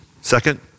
Second